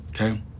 Okay